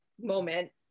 moment